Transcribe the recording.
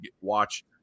watch